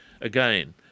again